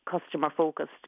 customer-focused